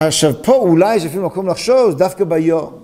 עכשיו פה אולי יש אפילו מקום לחשוב, דווקא ביום.